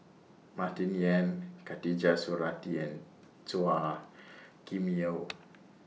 Martin Yan Khatijah Surattee and Chua Kim Yeow